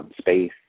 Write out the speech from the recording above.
space